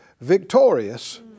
victorious